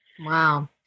Wow